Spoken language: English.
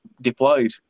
deployed